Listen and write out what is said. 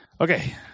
okay